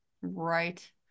right